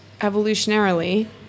evolutionarily